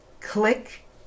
Click